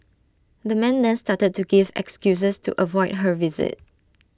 the man then started to give excuses to avoid her visit